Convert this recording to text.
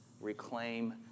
reclaim